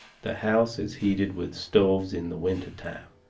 the house is heated with stoves in the winter time.